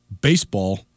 baseball